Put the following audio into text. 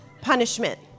punishment